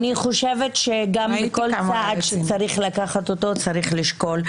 אני חושבת שבכל צעד שצריך לקחת צריך לשקול.